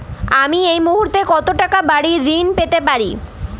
আমি এই মুহূর্তে কত টাকা বাড়ীর ঋণ পেতে পারি?